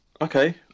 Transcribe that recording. Okay